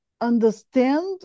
understand